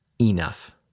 enough